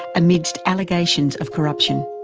amidst allegations of corruption.